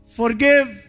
forgive